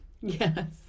Yes